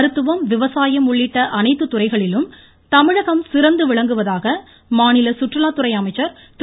மருத்துவம் விவசாயம் உள்ளிட்ட அனைத்து துறைகளிலும் தமிழகம் சிறந்து விளங்குவதாக மாநில சுற்றுலாத்துறை அமைச்சர் திரு